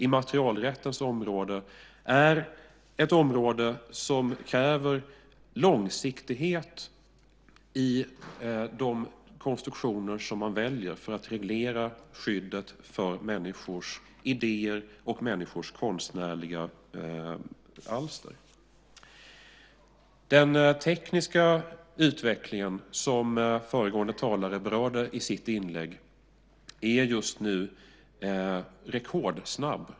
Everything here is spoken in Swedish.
Immaterialrätten är ett område som kräver långsiktighet i de konstruktioner som man väljer för att reglera skyddet för människors idéer och konstnärliga alster. Den tekniska utvecklingen, som föregående talare berörde i sitt inlägg, är just nu rekordsnabb.